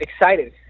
excited